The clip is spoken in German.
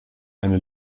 eine